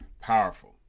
powerful